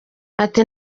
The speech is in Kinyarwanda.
ati